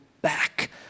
back